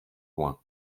loin